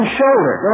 shoulder